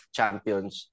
Champions